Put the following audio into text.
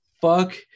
fuck